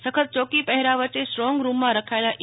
સખત ચોકી પહેરા વચ્ચે સ્ટ્રોંગ રૂમમાં રખાયેલા ઈ